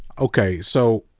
okay, so,